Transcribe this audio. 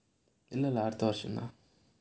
இல்ல இல்ல அடுத்த வருஷம் தான்:illa illa adutha varusham thaan